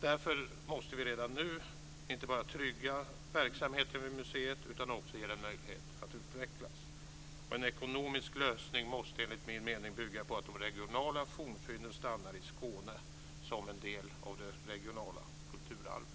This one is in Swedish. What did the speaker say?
Därför måste vi redan nu, inte bara trygga verksamheten vid museet utan också ge den möjlighet att utvecklas. En ekonomisk lösning måste enligt min mening bygga på att de regionala fornfynden stannar i Skåne som en del av det regionala kulturarvet.